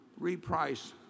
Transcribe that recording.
reprice